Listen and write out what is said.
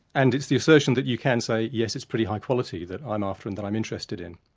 and it's the assertion that you can say, yes, it's pretty high quality', that i'm after and that i'm interested in.